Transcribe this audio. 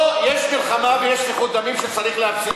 פה יש מלחמה ויש שפיכות דמים שצריך להפסיק.